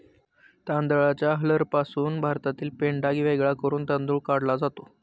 तांदळाच्या हलरपासून भातातील पेंढा वेगळा करून तांदूळ काढला जातो